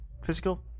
Physical